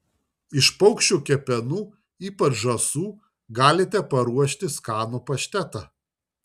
iš paukščių kepenų ypač žąsų galite paruošti skanų paštetą